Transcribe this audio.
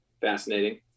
fascinating